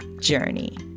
journey